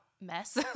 mess